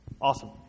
Awesome